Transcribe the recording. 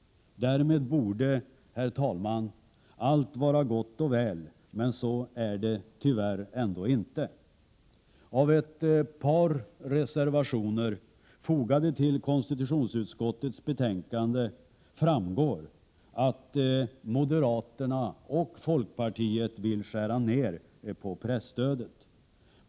Därmed borde, herr talman, allt vara gott och väl. Men så är det, tyvärr, ändå inte. Av ett par reservationer fogade till konstitutionsutskottets betänkande 25 framgår att moderaterna och folkpartiet vill skära ned presstödet.